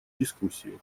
дискуссии